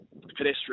pedestrian